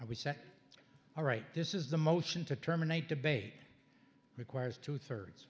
i would say all right this is the motion to terminate debate requires two thirds